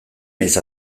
naiz